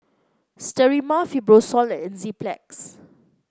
Sterimar Fibrosol and Enzyplex